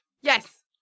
yes